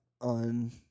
on